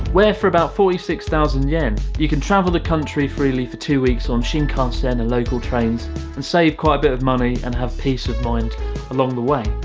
where for about forty six thousand yen you can travel the country freely for two weeks on shinkansen and local trains and save quite a bit of money and have peace of mind along the way.